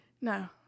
No